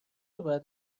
باید